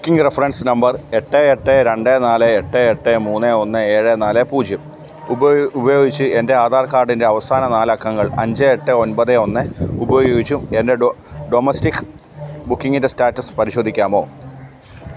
booking reference number എട്ട് എട്ട് രണ്ട് നാല് എട്ട് എട്ട് മൂന്ന് ഒന്ന് ഏഴ് നാല് പൂജ്യം ഉപയോഗിച്ചു എൻ്റെ ആധാർ കാർഡിൻ്റെ അവസാന നാല് അക്കങ്ങൾ അഞ്ച് എട്ട് ഒമ്പത് ഒന്ന് ഉപയോഗിച്ചും എൻ്റെ ഡൊമസ്റ്റിക് ബുക്കിംഗിൻ്റെ സ്റ്റാറ്റസ് പരിശോധിക്കാമോ